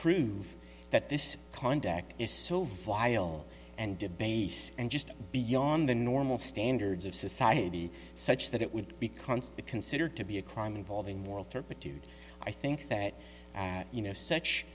proof that this conduct is so vile and debased and just beyond the normal standards of society such that it would be const it considered to be a crime involving moral turpitude i think that you know such